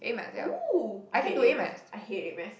!woo! I hate A-math I hate A-math